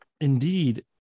indeed